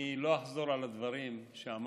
אני לא אחזור על הדברים שאמרתם.